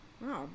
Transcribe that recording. Wow